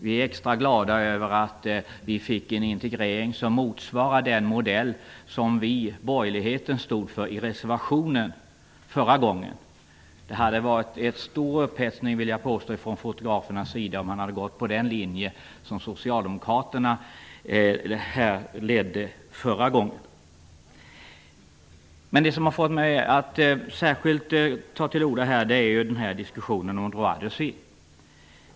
Vi är extra glada över att vi får en integrering som motsvarar den modell som vi borgerliga förra gången stod för i reservationen. Jag vill påstå att det hade blivit en stor upphetsning bland fotograferna om man gått på den linje som Det som har fått mig att särskilt ta till orda är diskussionen om ''droit de suite''.